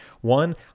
One